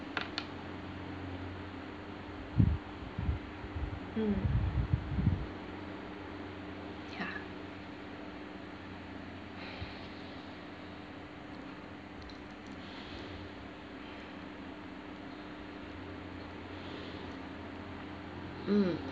mm ya mm